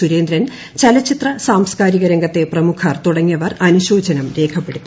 സുരേന്ദ്രൻ ചലച്ചിത്ര സാംസ്കാരിക രംഗത്തെ പ്രമുഖർ തുങ്ങിയവർ അനുശോചനം രേഖപ്പെടുത്തി